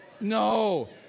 No